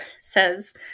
says